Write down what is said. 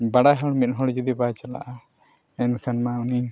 ᱵᱟᱲᱟᱭ ᱦᱚᱲ ᱢᱤᱫ ᱦᱚᱲ ᱡᱩᱫᱤ ᱵᱟᱭ ᱪᱟᱞᱟᱜᱼᱟ ᱮᱱᱠᱷᱟᱱ ᱢᱟ ᱩᱱᱤ